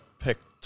picked